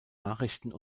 nachrichten